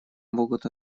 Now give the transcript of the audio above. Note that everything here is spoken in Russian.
могут